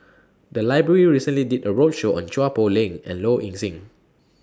The Library recently did A roadshow on Chua Poh Leng and Low Ing Sing